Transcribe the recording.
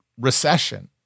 recession